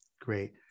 Great